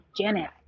Janet